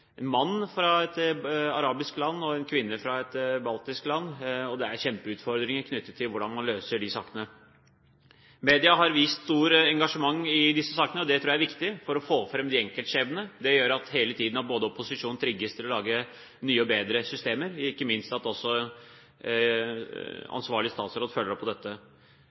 et arabisk land og en kvinne fra et baltisk land, og det er kjempeutfordringer knyttet til hvordan man løser de sakene. Media har vist stort engasjement i disse sakene. Det tror jeg er viktig for å få fram enkeltskjebnene. Det gjør at både posisjon og opposisjon hele tiden trigges til å lage nye og bedre systemer, og ikke minst at også ansvarlig statsråd følger